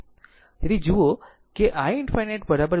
તેથી જુઓ કે i ∞ 2 એમ્પીયર છે